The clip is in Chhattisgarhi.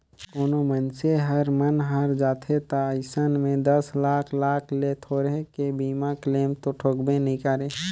कोनो मइनसे हर मन हर जाथे त अइसन में दस लाख लाख ले थोरहें के बीमा क्लेम तो ठोकबे नई करे